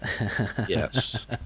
yes